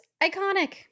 iconic